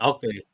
Okay